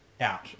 out